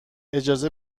اجازه